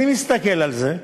ואני מסתכל על זה,